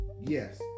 yes